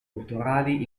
culturali